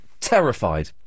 terrified